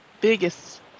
biggest